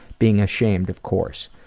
being ashamed of course.